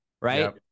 right